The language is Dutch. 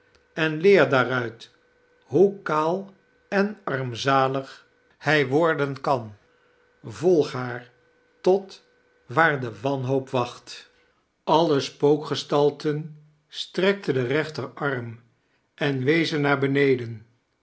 en leer daaruit hoe kaal en armzalig hij worden kan volg haar tot waar de wanhoop wacht alle spookgestalten strekten den reenter arm en wezen naar beneden